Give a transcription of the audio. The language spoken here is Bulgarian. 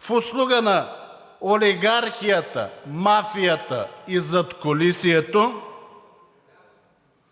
в услуга на олигархията, мафията и задкулисието,